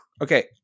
Okay